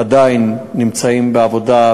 עדיין נמצאים בעבודה,